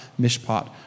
mishpat